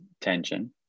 tension